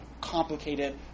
complicated